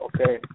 okay